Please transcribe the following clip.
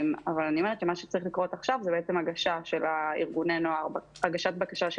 אבל מה שצריך לקרות עכשיו זה הגשת בקשה של